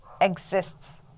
exists